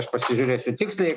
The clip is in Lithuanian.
aš pasižiūrėsiu tiksliai